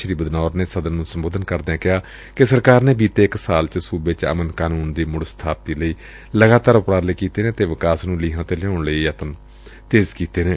ਸ੍ਰੀ ਬਦਨੌਰ ਨੇ ਸਦਨ ਨੂੰ ਸੰਬੋਧਨ ਕਰਦਿਆਂ ਕਿਹਾ ਕਿ ਸਰਕਾਰ ਨੇ ਬੀਤੇ ਇਕ ਸਾਲ ਵਿਚ ਸੁਬੇ ਚ ਅਮਨ ਕਾਨੁੰਨ ਦੀ ਮੁੜ ਸਬਾਪਤੀ ਲਈ ਲਗਾਤਾਰ ਉਪਰਾਲੇ ਕੀਤੇ ਨੇ ਅਤੇ ਵਿਕਾਸ ਨੁੰ ਲੀਹਾਂ ਤੇ ਲਿਆਉਣ ਲਈ ਯਤਨ ਤੇਜ਼ ਕੀਡੇ ਨੇ